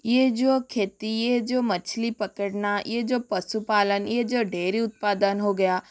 ये जो खेती है ये जो मछली पकड़ना ये जो पशुपालन ये जो डेयरी उत्पादन हो गया